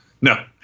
No